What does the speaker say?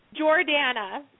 Jordana